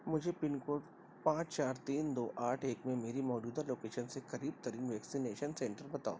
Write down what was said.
مجھے pin code پانچ چار تین دو آٹھ ایک میں میری موجودہ لوکیشن سے قریب ترین ویکسینیشن سینٹر بتاؤ